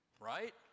Right